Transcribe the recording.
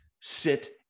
sit